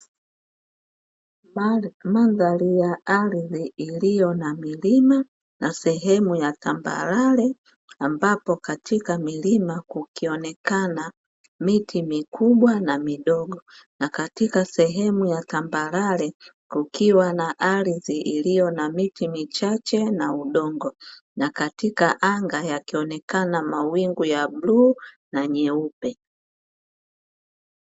Madhari ya ardhi iliyo na milima na sehemu ya tambarare, ambapo katika milima kukionekana miti mikubwa na midogo na katika sehemu ya tambarare kukiwa na ardhi iliyo na miti michache na udongo, na katika anga yakionekana na wingu jeupe.